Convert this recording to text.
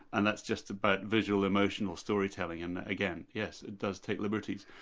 and that's just about visual, emotional storytelling and, again, yes, it does take liberties.